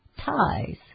ties